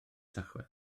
tachwedd